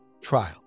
trial